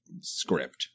script